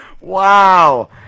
Wow